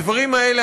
הדברים האלה,